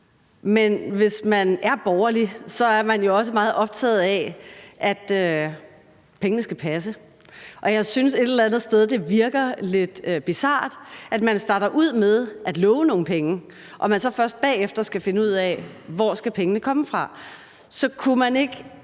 Men hvis man er borgerlig, er man jo også meget optaget af, at pengene skal passe, og jeg synes et eller andet sted, det virker lidt bizart, at man starter ud med at love nogle penge, og at man så først bagefter skal finde ud af, hvor pengene skal komme fra. Så kunne man ikke